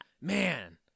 Man